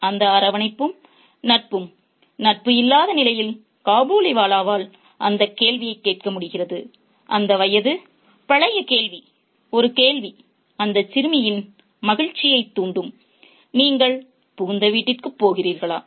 " அந்த அரவணைப்பும் நட்பும் நட்பும் இல்லாத நிலையில் காபூலிவாலாவால் அந்த கேள்வியைக் கேட்க முடிகிறது அந்த வயது பழைய கேள்வி ஒரு கேள்வி அந்தச் சிறுமியின் மகிழ்ச்சியைத் தூண்டும் நீங்கள் புகுந்த வீட்டிற்குப் போகிறீர்களா